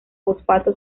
fosfato